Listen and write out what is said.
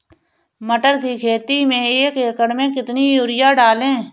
मटर की खेती में एक एकड़ में कितनी यूरिया डालें?